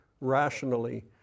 rationally